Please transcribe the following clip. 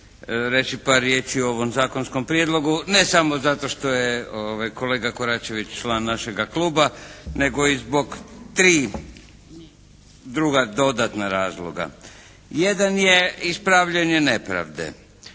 reći par riječi o ovom zakonskom prijedlogu, ne samo zato što je kolega Koračević član našega kluba, nego i zbog tri druga dodatna razloga. Jedan je ispravljanje nepravde.